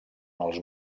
els